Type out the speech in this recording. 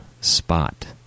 spot